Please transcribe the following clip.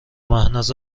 مهناز